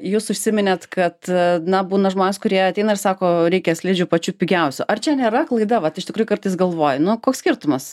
jūs užsiminėt kad na būna žmonės kurie ateina ir sako reikia slidžių pačių pigiausių ar čia nėra klaida vat iš tikrųjų kartais galvoji nu koks skirtumas